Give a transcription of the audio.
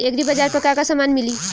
एग्रीबाजार पर का का समान मिली?